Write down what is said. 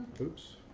Oops